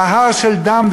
נהר של דם,